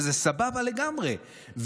וזה סבבה לגמרי,